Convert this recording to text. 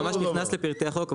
אתה ממש נכנס לפרטי חוק,